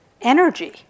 energy